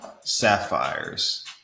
sapphires